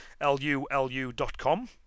L-U-L-U.com